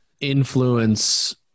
influence